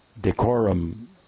decorum